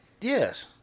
yes